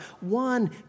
One